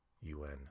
UN